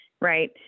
right